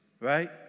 right